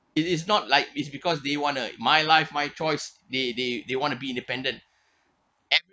it is not like it's because they want to my life my choice they they they want to be independent